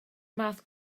math